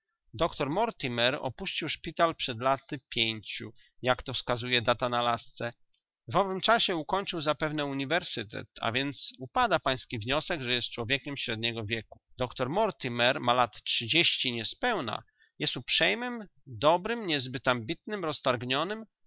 doktor mortimer opuścił szpital przed laty pięciu jak to wskazuje data na lasce w owym czasie ukończył zapewne uniwersytet a więc upada pański wniosek iż jest człowiekiem średniego wieku doktor mortimer ma lat trzydzieści niespełna jest uprzejmym dobrym niezbyt ambitnym roztargnionym